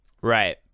Right